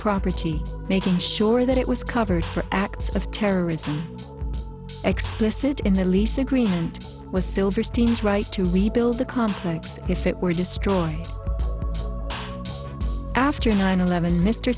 property making sure that it was covered for acts of terrorism explicit in the lease agreement was silverstein's right to rebuild the complex if it were destroyed after nine eleven mr